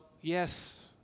yes